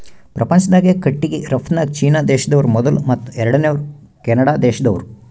ಪ್ರಪಂಚ್ದಾಗೆ ಕಟ್ಟಿಗಿ ರಫ್ತುನ್ಯಾಗ್ ಚೀನಾ ದೇಶ್ದವ್ರು ಮೊದುಲ್ ಮತ್ತ್ ಎರಡನೇವ್ರು ಕೆನಡಾ ದೇಶ್ದವ್ರು